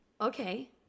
okay